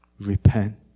Repent